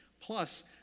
plus